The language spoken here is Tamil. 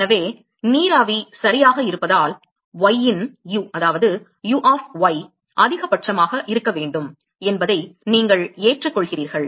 எனவே நீராவி சரியாக இருப்பதால் y இன் u அதிகபட்சமாக இருக்க வேண்டும் என்பதை நீங்கள் ஏற்றுக்கொள்கிறீர்கள்